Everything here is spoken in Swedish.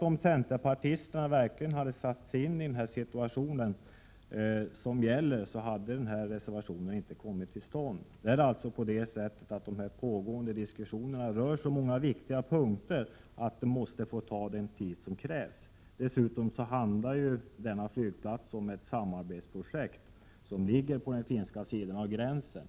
Om centerpartisterna verkligen hade satt sig in i den situation som gäller tror jag inte att denna reservation hade kommit till stånd. De pågående diskussionerna rör så många viktiga punkter att de måste få ta den tid som krävs. Dessutom handlar detta samarbetsprojekt om en flygplats som ligger på den finska sidan av gränsen.